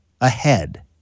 Ahead